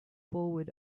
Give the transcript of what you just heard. forward